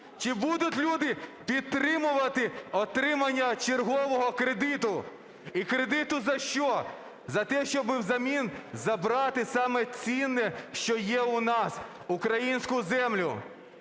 Чи будуть люди підтримувати отримання чергового кредиту? І кредиту за що? За те, щоби в замін забрати саме цінне, що є у нас, – українську землю.